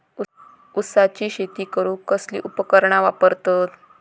ऊसाची शेती करूक कसली उपकरणा वापरतत?